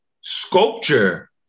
sculpture